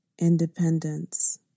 independence